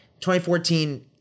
2014